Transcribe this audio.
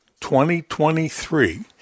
2023